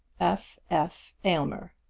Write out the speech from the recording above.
f. f. aylmer.